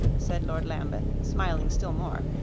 said lord lambeth, smiling still more.